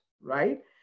right